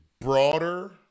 broader